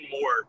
more